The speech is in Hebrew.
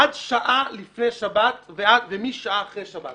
עד שעה לפני שבת ומשעה אחרי שבת